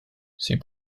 see